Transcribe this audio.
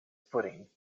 footing